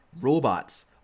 robots